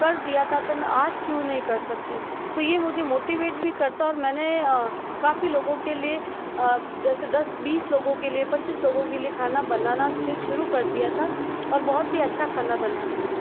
कर दिया था तो मैं आज क्यों नहीं कर सकती हूँ तो यह मुझे मोटिवेट भी करता और मैंने काफ़ी लोगों के लिए जैसे दस बीस लोगों के लिए पच्चीस लोगों के लिए खाना बनाना फिर शुरू कर दिया था और बहुत ही अच्छा खाना बनाती हूँ